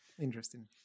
interesting